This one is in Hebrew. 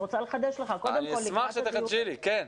קודם כל